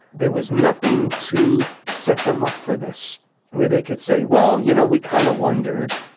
there was nothing to set them up for this where they could say well, you know, we kind of wondered.